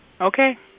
Okay